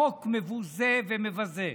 חוק מבוזה ומבזה.